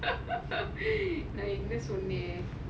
nice only